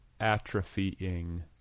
atrophying